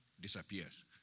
disappears